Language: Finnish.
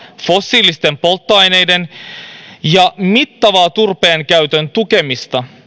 fossiilisten polttoaineiden tukemista sekä mittavaa turpeen käytön tukemista